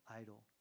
idol